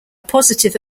positive